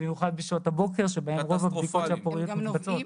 במיוחד בשעות הבוקר שבהן רוב בדיקות הפוריות מתבצעות.